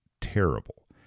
terrible